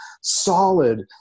solid